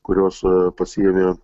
kurios pasiėmė